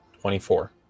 Twenty-four